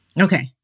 Okay